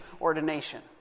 ordination